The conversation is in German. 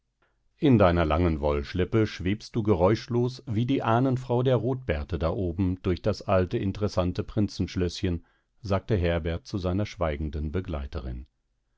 in deiner langen wollschleppe schwebst du geräuschlos wie die ahnenfrau der rotbärte da oben durch das alte interessante prinzenschlößchen sagte herbert zu seiner schweigenden begleiterin